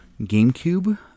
GameCube